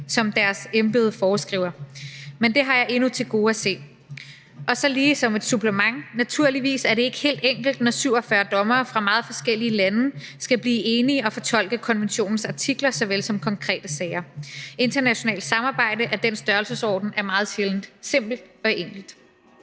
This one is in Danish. som deres embede foreskriver, men det har jeg endnu til gode at se. Og så lige som et supplement: Naturligvis er det ikke helt enkelt, når 47 dommere fra meget forskellige lande skal blive enige og fortolke konventionens artikler såvel som konkrete sager. Internationalt samarbejde af den størrelsesorden er meget sjældent simpelt og enkelt.